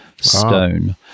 stone